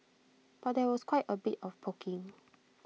but there was quite A bit of poking